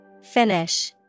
Finish